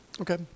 Okay